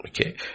Okay